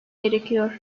gerekiyor